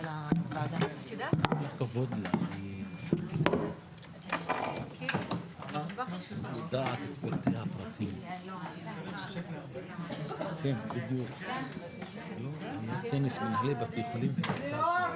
בשעה 11:06.